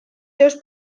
seus